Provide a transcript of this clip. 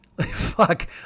Fuck